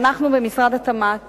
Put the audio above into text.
ואנחנו במשרד התמ"ת